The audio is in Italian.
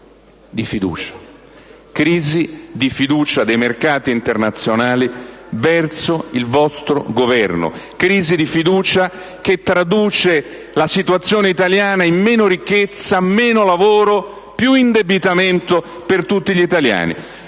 Crisi di fiducia dei mercati internazionali verso il vostro Governo; crisi di fiducia che traduce la situazione italiana in meno ricchezza, meno lavoro e più indebitamento per tutti gli italiani.